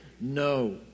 No